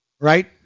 Right